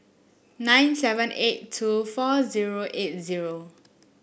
nine seven eight two four zero eight zero